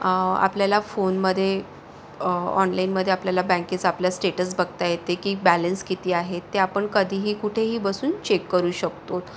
आपल्याला फोनमध्ये ऑनलाईनमध्ये आपल्याला बँकेचे आपल्या स्टेटस बघता येते की बॅलेन्स किती आहे ते आपण कधीही कुठेही बसून चेक करू शकतो